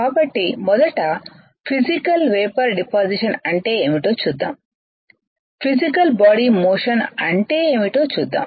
కాబట్టి మొదట physical vapour deposition అంటే ఏమిటో చూద్దాం ఫిసికల్ బాడీ మోషన్ అంటే ఏమిటో చూద్దాం